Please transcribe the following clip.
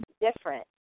different